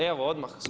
Evo odmah